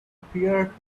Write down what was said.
appeared